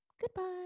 Goodbye